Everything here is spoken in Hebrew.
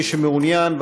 מי שמעוניין,